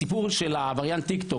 הסיפור של עבריין הטיק-טוק.